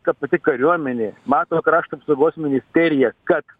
ta pati kariuomenė mato krašto apsaugos ministerija kad